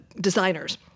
designers